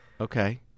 Okay